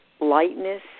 lightness